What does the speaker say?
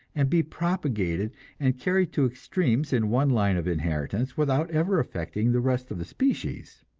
and be propagated and carried to extremes in one line of inheritance, without ever affecting the rest of the species.